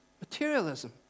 Materialism